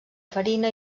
farina